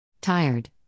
Tired